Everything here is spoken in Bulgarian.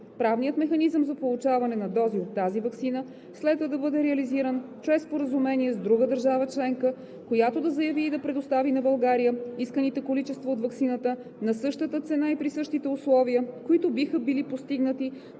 Правният механизъм за получаване на дози от тази ваксина следва да бъде реализиран чрез споразумение с друга държава членка, която да заяви и да предостави на България исканите количества от ваксината на същата цена и при същите условия, които биха били постигнати